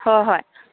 ꯍꯣ ꯍꯣꯏ